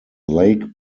lake